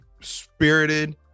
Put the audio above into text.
spirited